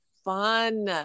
fun